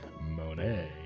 Monet